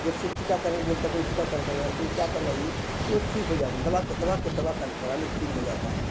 जब से टीकाकरण बोलता कोई टीकाकरण करवाइए कोई क्या करवाइए तो वो ठीक हो जाता दवा के दवा के दवा कराने पर ठीक हो जाता है